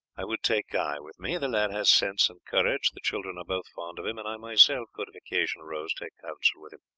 i would take guy with me the lad has sense and courage, the children are both fond of him, and i myself could, if occasion arose, take counsel with him.